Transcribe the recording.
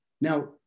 Now